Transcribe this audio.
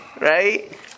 Right